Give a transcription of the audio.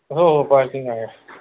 हो हो पार्किंग आहे